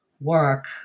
work